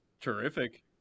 terrific